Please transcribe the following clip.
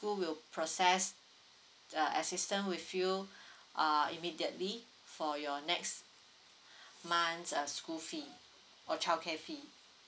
school will process uh assistant with you err immediately for your next month uh school fee or childcare fee